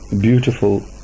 beautiful